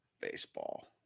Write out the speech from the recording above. Baseball